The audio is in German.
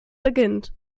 beginnt